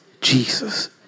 Jesus